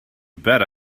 bet